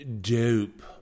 dope